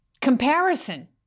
Comparison